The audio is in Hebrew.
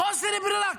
זה מחוסר ברירה,